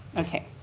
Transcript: okay.